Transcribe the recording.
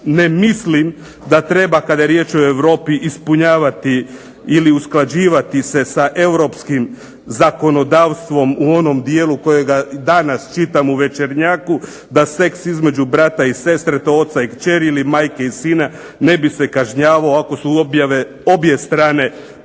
Ne mislim da kada je riječ o Europi ispunjavati ili usklađivati se sa europskim zakonodavstvom u onom dijelu kojega danas čitam u "Večernjaku" da seks između brata i sestre, te oca i kćeri ili majke i sina ne bi se kažnjavao ako su obje strane